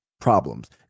problems